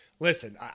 Listen